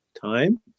time